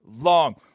long